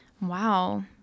wow